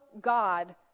god